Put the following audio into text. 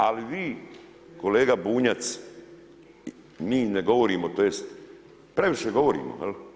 Ali vi kolega Bunjac mi ne govorimo, tj. previše govorimo.